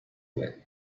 width